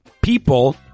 People